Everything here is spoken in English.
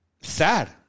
sad